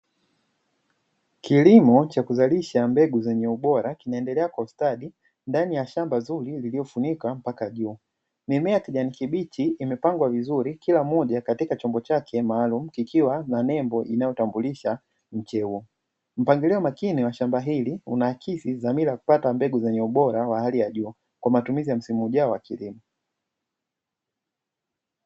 Kilimo cha kuzalisha mbegu zenye ubora kinaendelea kwa ustadi ndani ya shamba zuri lililofunika mpaka juu. Mimea ya kijani kibichi imepangwa vizuri kila mmoja katika chombo chake maalumu kikiwa na nembo inayotambulisha mche huo. Mpangilio makini wa shamba hili unaakisi dhamira kupata mbegu zenye ubora wa hali ya juu kwa matumizi ya msimu ujao kilimo.